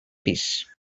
pis